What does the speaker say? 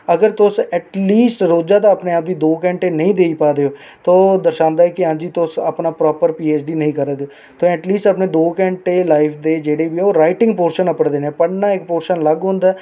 अगर तुस ऐटलीस्ट रोजा दा अपने आप गी दो घैंटे नेईं देई पा दे ओ तां ओह् दर्शांदा ऐ कि हां जी तुस अपना प्रापर पी ऐच डी नेईं करा दे ते ऐटलीस्ट अपने दो घैंटे अपनी लाईफ दे जेह्ड़े बी ऐ ओह् राईटिंग पोर्शन उप्पर देने पढ़ना इक पोर्शन अलग होंदा ऐ